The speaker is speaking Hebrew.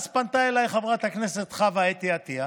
אז פנתה אליי חברת הכנסת חוה אתי עטייה